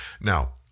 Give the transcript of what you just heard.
Now